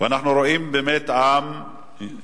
ואנחנו רואים באמת עם יפני,